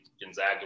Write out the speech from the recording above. Gonzaga